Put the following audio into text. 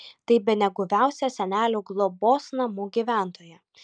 tai bene guviausia senelių globos namų gyventoja